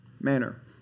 manner